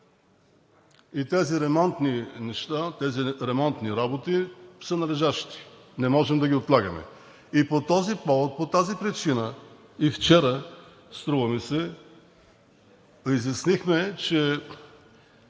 тези ремонтни работи са належащи и не можем да ги отлагаме. И по тази причина вчера, струва ми се, изяснихме, че